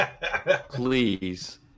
please